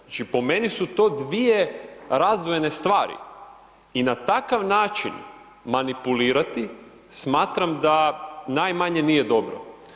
Znači po meni su to dvije razdvojene stvari i na takav način manipulirati, smatram da najmanje nije dobro.